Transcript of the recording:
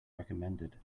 recommended